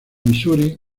missouri